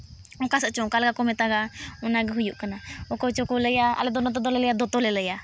ᱚᱠᱟ ᱥᱮ ᱪᱚᱝ ᱚᱠᱟ ᱞᱮᱠᱟ ᱠᱚ ᱢᱮᱛᱟᱜᱼᱟ ᱚᱱᱟᱜᱮ ᱦᱩᱭᱩᱜ ᱠᱟᱱᱟ ᱚᱠᱚᱭ ᱪᱚᱠᱚ ᱞᱟᱹᱭᱟ ᱟᱞᱮ ᱫᱚ ᱚᱱᱟ ᱫᱚᱞᱮ ᱞᱟᱭᱟ ᱫᱚᱛᱚᱞᱮ ᱞᱟᱹᱭᱟ